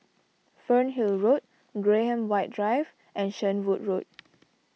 Fernhill Road Graham White Drive and Shenvood Road